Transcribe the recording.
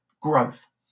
growth